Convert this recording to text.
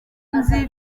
nzi